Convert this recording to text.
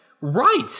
Right